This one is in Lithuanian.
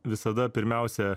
visada pirmiausia